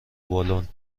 بالن